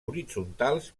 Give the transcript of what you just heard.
horitzontals